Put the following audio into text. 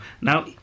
Now